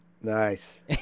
Nice